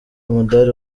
umudali